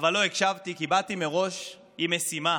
אבל לא הקשבתי, כי באתי מראש עם משימה.